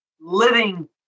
living